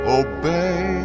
obey